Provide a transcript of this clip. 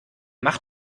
macht